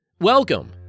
Welcome